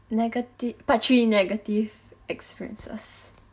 negative part three negative experiences